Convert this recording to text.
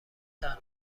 تنها